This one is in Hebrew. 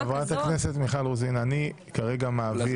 אנחנו איבדנו